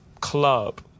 club